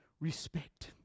respect